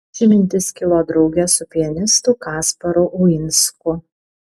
ši mintis kilo drauge su pianistu kasparu uinsku